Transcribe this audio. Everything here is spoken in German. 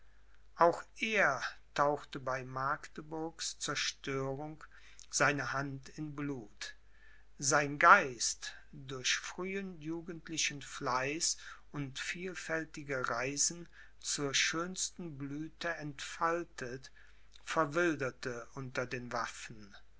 auch er tauchte bei magdeburgs zerstörung seine hand in blut sein geist durch frühen jugendlichen fleiß und vielfältige reisen zur schönsten blüthe entfaltet verwilderte unter den waffen